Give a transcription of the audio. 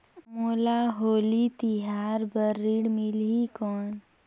मोला होली तिहार बार ऋण मिलही कौन?